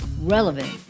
relevant